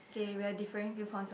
okay we are differing few points on